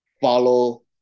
follow